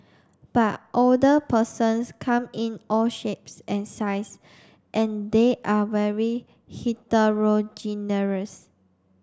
but older persons come in all shapes and size and they're very heterogeneous